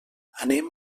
anem